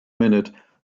minute